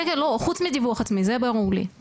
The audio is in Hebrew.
כן, כן, חוץ מדיווח עצמי, זה ברור לי.